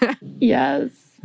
Yes